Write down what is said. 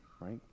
right